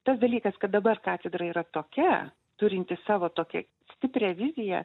tas dalykas kad dabar katedra yra tokia turinti savo tokią stiprią viziją